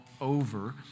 over